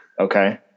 Okay